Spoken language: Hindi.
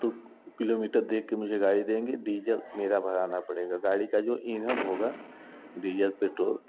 तो किलोमीटर देख के मुझे गाड़ी देंगे डीजल मेरा भराना पड़ेगा गाड़ी का जो ईंधन होगा डीजल पेट्रोल